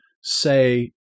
say